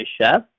chef